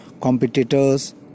competitor's